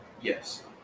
Yes